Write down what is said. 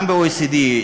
גם ב-OECD,